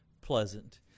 pleasant